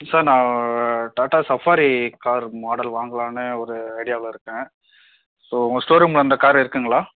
sir நான் Tata safari car model வாங்கலாம்ணு ஒரு ஐடியாவில் இருக்கேன் ஸோ உங்கள் ஷோரூமில் அந்த கார் இருக்குங்களா